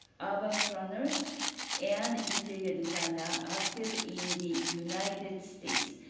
urban planners and interior designers active in the united states.